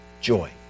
joy